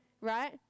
right